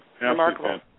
remarkable